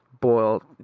boiled